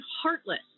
heartless